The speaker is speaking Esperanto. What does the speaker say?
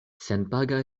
senpaga